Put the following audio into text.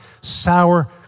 sour